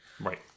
Right